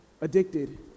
addicted